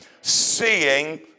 seeing